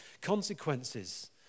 consequences